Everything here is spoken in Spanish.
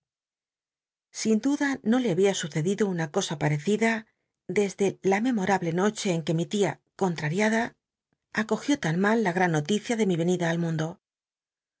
sin duda no le había sucedido una cosa patecida desde la memorable noche en que mi tia con trariada acogió tan mal la gl'an noticia de mi venida al mundo